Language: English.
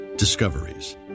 Discoveries